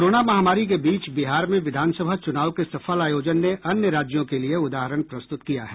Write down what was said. corona महामारी के बीच बिहार में विधानसभा चुनाव के सफल आयोजन ने अन्य राज्यों के लिये उदाहरण प्रस्तुत किया है